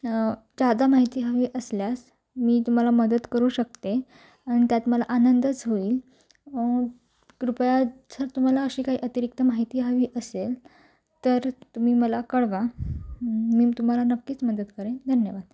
ज्यादा माहिती हवी असल्यास मी तुम्हाला मदत करू शकते आणि त्यात मला आनंदच होईल कृपया जर तुम्हाला अशी काही अतिरिक्त माहिती हवी असेल तर तुम्ही मला कळवा मी तुम्हाला नक्कीच मदत करेन धन्यवाद